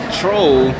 troll